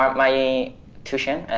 um my tuition,